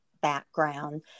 background